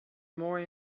more